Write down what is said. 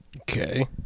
Okay